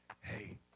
Hey